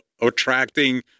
attracting